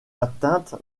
atteinte